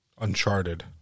Uncharted